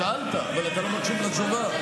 שאלת אבל אתה לא מקשיב לתשובה.